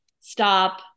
stop